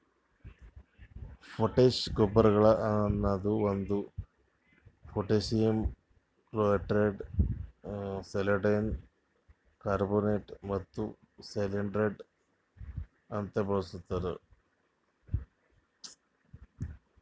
potash ಗೊಬ್ಬರಗೊಳ್ ಅನದು ಒಂದು ಪೊಟ್ಯಾಸಿಯಮ್ ಕ್ಲೋರೈಡ್, ಸಲ್ಫೇಟ್, ಕಾರ್ಬೋನೇಟ್ ಮತ್ತ ನೈಟ್ರೇಟ್ ಅಂತ ಬಳಸ್ತಾರ್